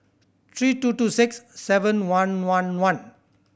three two two six seven one one one